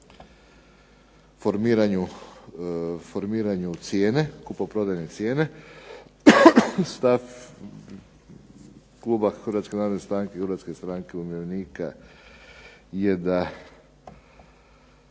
formiranju cijene, kupoprodajne cijene, stav kluba Hrvatske narodne stranke i Hrvatske stranke umirovljenika je da